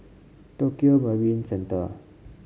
Tokio Marine Centre